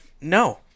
No